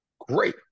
great